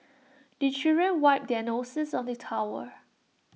the children wipe their noses on the towel